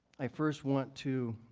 i first want to